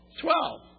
Twelve